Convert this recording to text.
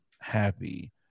happy